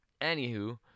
anywho